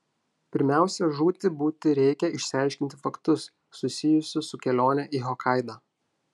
pirmiausia žūti būti reikia išaiškinti faktus susijusius su kelione į hokaidą